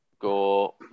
go